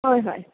हय हय